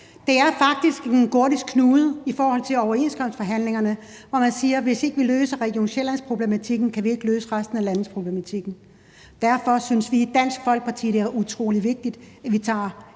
Det er faktisk en gordisk knude i forhold til overenskomstforhandlingerne, hvor man siger, at hvis ikke vi løser Region Sjælland-problematikken, kan vi ikke løse resten af landet-problematikken. Derfor synes vi i Dansk Folkeparti, det er utrolig vigtigt, at vi tager